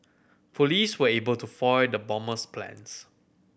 police were able to foil the bomber's plans